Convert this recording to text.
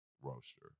roaster